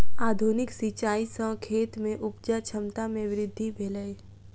आधुनिक सिचाई सॅ खेत में उपजा क्षमता में वृद्धि भेलै